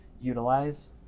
Utilize